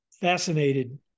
fascinated